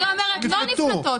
אני אומרת לא נפלטות.